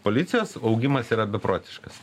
policijos augimas yra beprotiškas